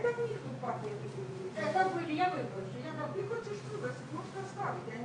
לפני כחודש פגשתי בצפת בחורה יחסית צעירה שלפני תשע שנים